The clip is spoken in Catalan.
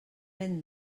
ben